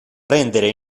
prendere